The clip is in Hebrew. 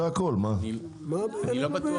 לא שמעתי הסכמה, אדוני.